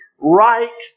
Right